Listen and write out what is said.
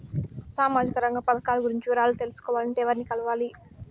సామాజిక రంగ పథకాలు గురించి వివరాలు తెలుసుకోవాలంటే ఎవర్ని కలవాలి?